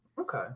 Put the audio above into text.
Okay